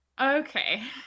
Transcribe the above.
Okay